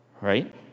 right